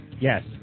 Yes